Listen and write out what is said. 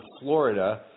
Florida